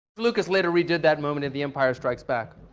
lucas later redid that moment in the empire strikes back.